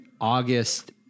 August